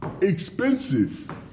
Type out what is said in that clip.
expensive